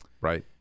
right